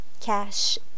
cash